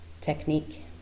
technique